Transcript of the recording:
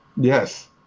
Yes